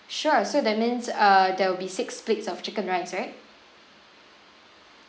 sure so that means uh there will be six plates of chicken rice right